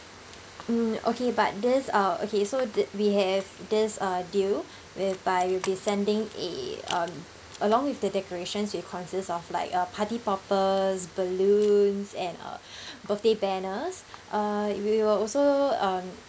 mm okay but this uh okay so d~ we have this uh deal whereby we'll be sending a um along with the decorations will consists of like a party poppers balloons and uh birthday banners uh we will also um